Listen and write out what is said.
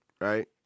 right